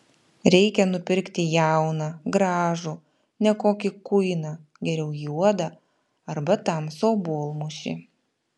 reikia nupirkti jauną gražų ne kokį kuiną geriau juodą arba tamsų obuolmušį